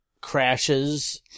crashes